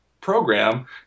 program